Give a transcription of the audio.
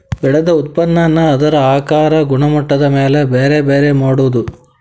ಬೆಳದ ಉತ್ಪನ್ನಾನ ಅದರ ಆಕಾರಾ ಗುಣಮಟ್ಟದ ಮ್ಯಾಲ ಬ್ಯಾರೆ ಬ್ಯಾರೆ ಮಾಡುದು